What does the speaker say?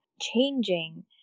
changing